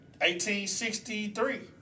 1863